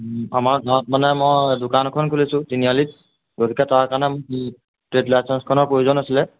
আমাৰ গাঁৱত মানে মই দোকান এখন খুলিছোঁ তিনিআলিত গতিকে তাৰ কাৰণে মোক ট্ৰেড লইচেঞ্চখনৰ প্ৰয়োজন আছিলে